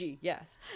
yes